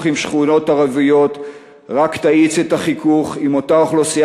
עם שכונות ערביות רק תאיץ את החיכוך עם אותה אוכלוסייה